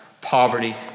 poverty